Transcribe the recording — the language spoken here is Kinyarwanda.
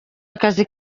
akazi